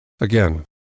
again